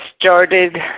started